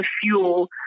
fuel